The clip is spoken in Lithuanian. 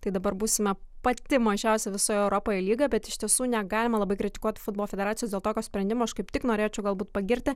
tai dabar būsime pati mažiausia visoje europoje lyga bet iš tiesų negalime labai kritikuot futbolo federacijos dėl tokio sprendimo aš kaip tik norėčiau galbūt pagirti